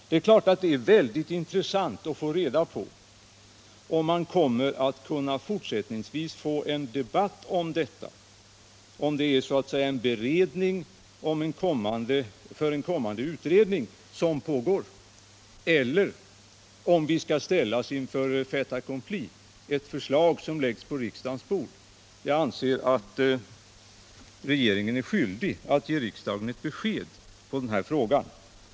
Det är klart att det är intressant att få reda på om man fortsättningsvis kommer att kunna få en debatt om detta, dvs. om det är en beredning för en kommande utredning som pågår eller vi kommer att ställas inför fait accompli i form av ett förslag som läggs på riksdagens bord. Jag anser att regeringen är skyldig att ge riksdagen ett besked i den frågan.